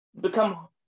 become